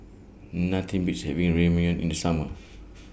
Nothing Beats having Ramyeon in The Summer